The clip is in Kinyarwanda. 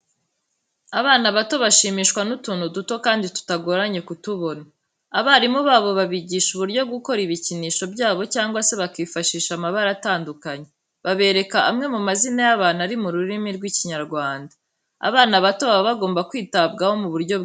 Abana bato bashimishwa n'utuntu duto kandi tutagoranye kutubona. Abarimu babo babigisha uburyo bwo gukora ibikinisho byabo cyangwa se bakifashisha amabara atandukanye, babereka amwe mu mazina y'abantu ari mu rurimi rw'Ikinyarwanda. Abana bato baba bagomba kwitabwaho mu buryo bwihariye.